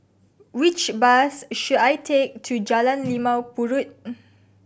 which bus should I take to Jalan Limau Purut